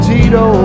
Tito